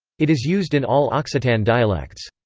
it is used in all occitan dialects.